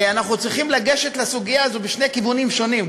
אנחנו צריכים לגשת לסוגיה הזו משני כיוונים שונים,